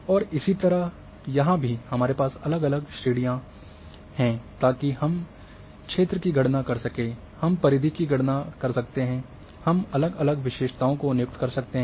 और इसी तरह यहां भी हमारे पास अलग अलग श्रेणियां हैं ताकि हम क्षेत्र की गणना कर सकें हम परिधि की गणना कर सकते हैं हम अलग अलग विशेषताओं को नियुक्त कर सकते हैं